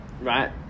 right